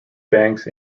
banks